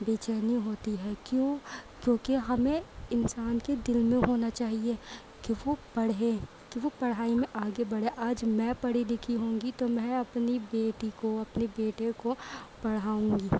بےچینی ہوتی ہے کیوں کیونکہ ہمیں انسان کے دل میں ہونا چاہیے کہ وہ پڑھے کہ وہ پڑھائی میں آگے بڑھے آج میں پڑھی لکھی ہوں گی تو میں اپنی بیٹی کو اپنے بیٹے کو پڑھاؤں گی